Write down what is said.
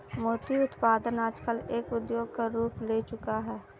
मोती उत्पादन आजकल एक उद्योग का रूप ले चूका है